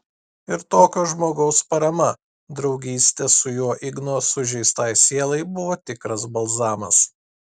ir tokio žmogaus parama draugystė su juo igno sužeistai sielai buvo tikras balzamas